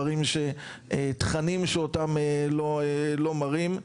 תכנים שאותם לא מראים,